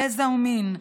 גזע ומין,